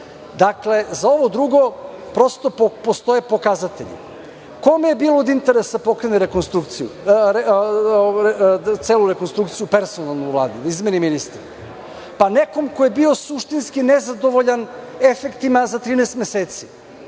za ovo drugo prosto postoje pokazatelji. Kome je bilo od interesa da pokrene rekonstrukciju, celu rekonstrukciju, personalnu u Vladi, da izmeni ministre? Nekome ko je bio suštinski nezadovoljan efektima za 13 meseci.